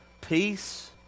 peace